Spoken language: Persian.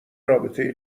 رابطه